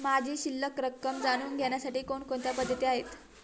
माझी शिल्लक रक्कम जाणून घेण्यासाठी कोणकोणत्या पद्धती आहेत?